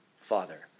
Father